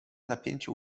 napięcie